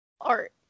art